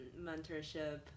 mentorship